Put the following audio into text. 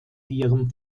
ihrem